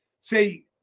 say